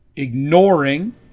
ignoring